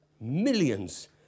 millions